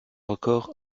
record